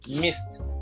missed